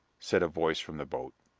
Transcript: said a voice from the boat.